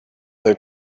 their